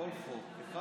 לכל חוק אחד